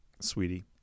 sweetie